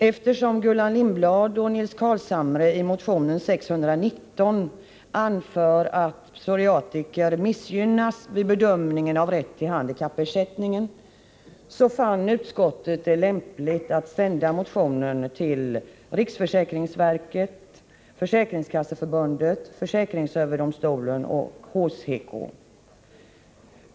Eftersom Gullan Lindblad och Nils Carlshamre i motion 619 anför att psoriatiker missgynnas vid bedömningen av rätt till handikappersättning, fann utskottet det lämpligt att sända motionen till riksförsäkringsverket, försäkringskasseförbundet, försäkringsöverdomstolen och HCK.